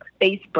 Facebook